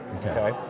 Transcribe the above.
okay